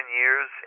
years